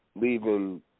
leaving